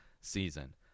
season